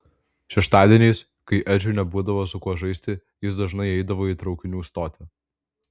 šeštadieniais kai edžiui nebūdavo su kuo žaisti jis dažnai eidavo į traukinių stotį